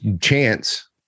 chance